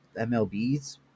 MLBs